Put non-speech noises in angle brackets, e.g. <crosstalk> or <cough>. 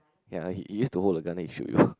ya he he used to hold the gun and shoot you <breath>